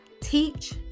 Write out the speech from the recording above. Teach